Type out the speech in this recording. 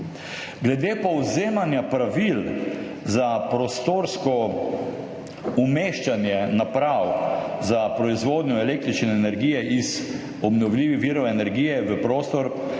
Glede povzemanja pravil za prostorsko umeščanje naprav za proizvodnjo električne energije iz obnovljivih virov energije v prostor